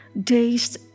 days